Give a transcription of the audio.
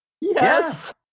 Yes